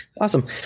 awesome